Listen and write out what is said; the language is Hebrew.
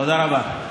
תודה רבה.